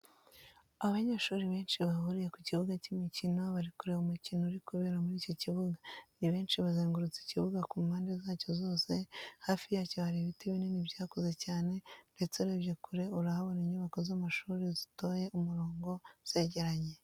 Abanyeshuri benshi bahuriye ku kibuga cy'imikino bari kureba umukino uri kubera muri icyo kibuga, ni benshi bazengurutse ikibuga ku mpande zacyo zose, hafi yacyo hari ibiti binini byakuze cyane ndetse urebye kure urahabona inyubako z'amashuri zitoye umurongo zegeranye.